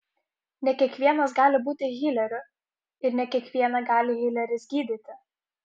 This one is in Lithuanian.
ne kiekvienas gali būti hileriu ir ne kiekvieną gali hileris gydyti